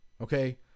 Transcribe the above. okay